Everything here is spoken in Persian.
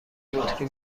بطری